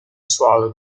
swallow